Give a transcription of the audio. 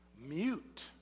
Mute